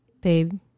babe